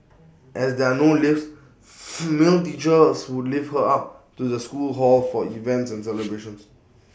as there are no lifts male teachers as would lift her up to the school hall for events and celebrations